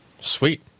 Sweet